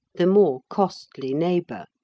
the more costly neighbour.